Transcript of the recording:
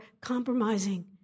compromising